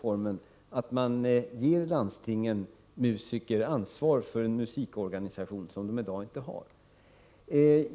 Landstingen får härigenom ansvar för en musikorganisation som de i dag inte har.